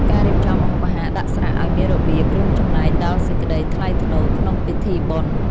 ការរៀបចំម្ហូបអាហារដាក់ស្រាក់ឱ្យមានរបៀប រួមចំណែកដល់សេចក្តីថ្លៃថ្នូរក្នុងពិធីបុណ្យ។